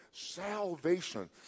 salvation